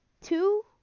two